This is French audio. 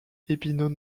épineux